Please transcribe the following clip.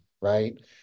right